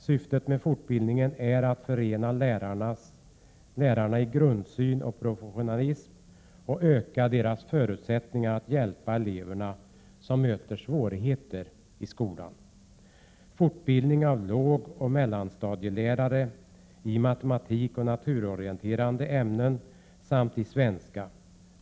Syftet med fortbildningen är att förena — Lärartjänsterigrundlärarnas grundsyn och professionalism och att öka deras förutsättningar att — skolan, m.m. hjälpa de elever som möter svårigheter i skolan. 2. Fortbildning av lågoch mellanstadielärare i matematik och naturorienterande ämnen samt i svenska.